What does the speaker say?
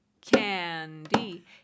Candy